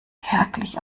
kärglich